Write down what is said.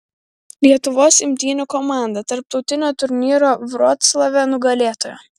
lietuvos imtynių komanda tarptautinio turnyro vroclave nugalėtoja